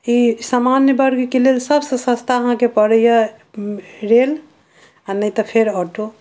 ई सामान्य वर्गके लेल सभसँ सस्ता अहाँके पड़ैए रेल आ नहि तऽ फेर ऑटो